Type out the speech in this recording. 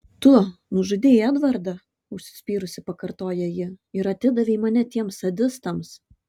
tu nužudei edvardą užsispyrusi pakartoja ji ir atidavei mane tiems sadistams